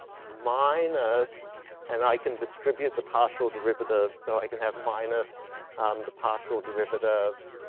minus and i can distribute the partial derivative. so, i can have minus um the partial derivative,